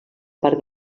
part